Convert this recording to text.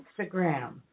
Instagram